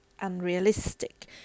unrealistic